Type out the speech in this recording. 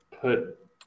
put